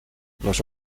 los